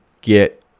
get